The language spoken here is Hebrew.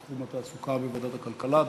תחום התעסוקה בוועדת הכלכלה דווקא,